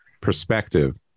perspective